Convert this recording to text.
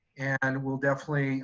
and we'll definitely